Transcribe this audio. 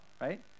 right